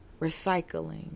recycling